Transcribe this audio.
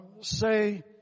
say